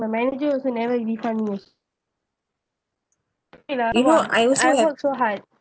my manager also never refund me stupid lah you know I also have I work so hard